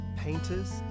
painters